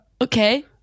Okay